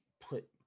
put